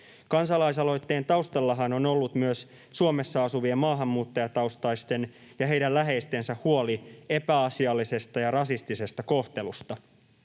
Kansalaisaloitteen taustallahan on ollut myös Suomessa asuvien maahanmuuttajataustaisten ja heidän läheistensä huoli epäasiallisesta ja rasistisesta kohtelusta.